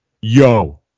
Yo